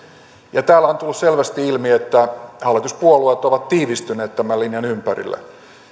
ja täällä on tullut selvästi ilmi että hallituspuolueet ovat tiivistyneet tämän linjan ympärillä